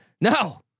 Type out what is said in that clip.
No